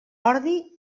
ordi